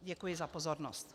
Děkuji za pozornost.